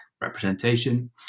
representation